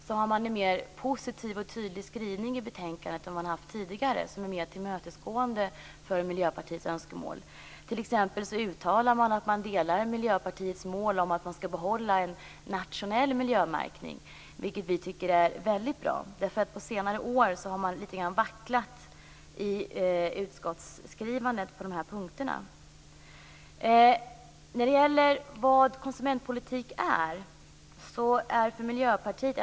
Man har en mer positiv och tydlig skrivning i betänkandet än tidigare, som mer tillmötesgår Miljöpartiets önskemål. Man uttalar t.ex. att man delar Miljöpartiets önskan att vi skall behålla en nationell miljömärkning, vilket vi tycker är väldigt bra. På senare år har man vacklat lite grann i utskottsskrivningarna på dessa punkter.